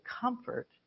comfort